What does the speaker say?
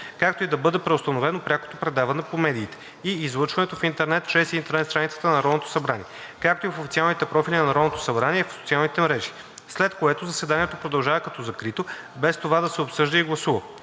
както и да бъде преустановено прякото предаване по медиите и излъчването в интернет чрез интернет страницата на Народното събрание, както и в официалните профили на Народното събрание в социалните мрежи, след което заседанието продължава като закрито, без това да се обсъжда и гласува.